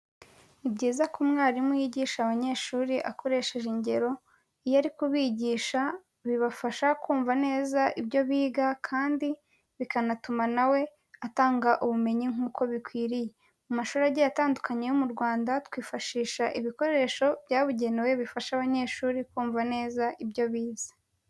Ni byiza ko umwarimu yigisha abanyeshuri akoresheje ingero, iyo ari kubigisha bibafasha kumva neza ibyo biga kandi bikanatuma na we atanga ubumenyi nk'uko bikwiriye. Mu mashuri agiye atandukanye yo mu Rwanda, twifashisha ibikoresho byabugenewe bifasha abanyeshuri kumva neza ibyo bize.